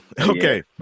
Okay